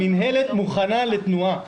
המנהלת מוכנה לתנועה.